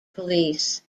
police